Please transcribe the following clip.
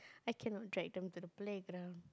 I cannot drag them to the play ground